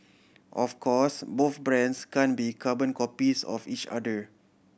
of course both brands can't be carbon copies of each other